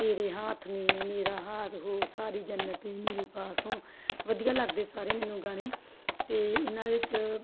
ਵਧੀਆ ਲੱਗਦੇ ਸਾਰੇ ਮੈਨੂੰ ਗਾਣੇ ਅਤੇ ਇਹਨਾਂ ਵਿੱਚ